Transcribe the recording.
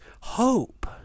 hope